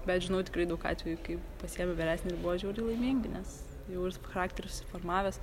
bet žinau tikrai daug atvejų kai pasiėmė vyresnį ir buvo žiauriai laimingi nes jau charakteris susiformavęs